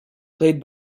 played